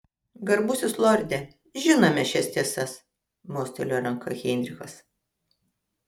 garbusis lorde žinome šias tiesas mostelėjo ranka heinrichas